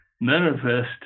manifest